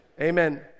Amen